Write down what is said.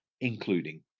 including